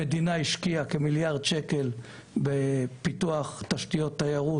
המדינה השקיעה כמיליארד שקלים בפיתוח תשתיות תיירות